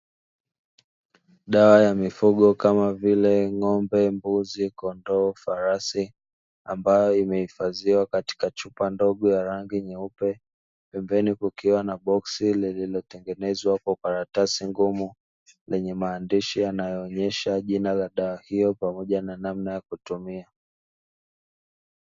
Dawa ya mifugo kama vile ng'ombe, mbuzi, kondoo, farasi ambayo imehifadhiwa katika chupa ndogo ya rangi nyeupe, pembeni kukiwa na boksi lililotengenezwa kwa karatasi ngumu lenye maandishi yanayoonyesha jina la dawa hiyo pamoja na namna ya kutumia.